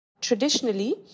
Traditionally